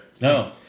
No